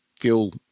fuel